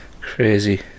crazy